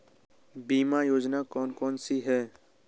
बीमा योजना कौन कौनसी हैं?